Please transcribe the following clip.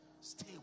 Stay